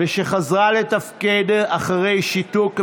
ושחזרה לתפקד אחרי שיתוק ממושך.